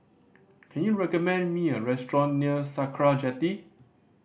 can you recommend me a restaurant near Sakra Jetty